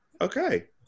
Okay